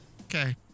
Okay